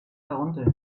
herunter